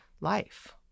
life